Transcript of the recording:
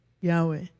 Yahweh